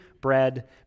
bread